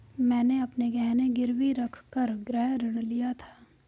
मैंने अपने गहने गिरवी रखकर गृह ऋण लिया था